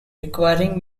requiring